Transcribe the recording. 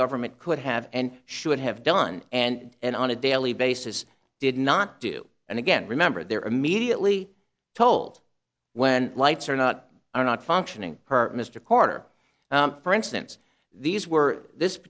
government could have and should have done and on a daily basis did not do and again remember they're immediately told when lights are not are not functioning her mr carter for instance these were this